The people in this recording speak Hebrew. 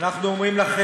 אני רוצה לדבר.